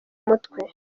mutwe